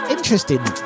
Interesting